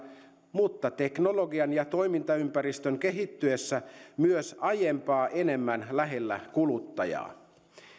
mutta teknologian ja toimintaympäristön kehittyessä myös aiempaa enemmän lähellä kuluttajaa